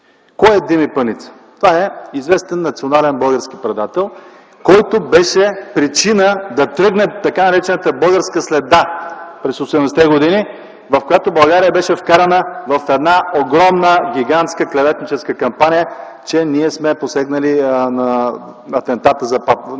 Кой е Дими Паница? Това е известен национален български предател, който беше причина да тръгне така наречената „българска следа” през 80-те години, в която България беше вкарана – огромна, гигантска клеветническа кампания, че ние сме посегнали срещу папа Йоан Павел